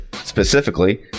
Specifically